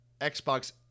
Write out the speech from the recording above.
Xbox